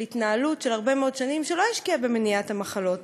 התנהלות של הרבה מאוד שנים שלא השקיעה במניעת המחלות.